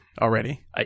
already